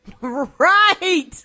Right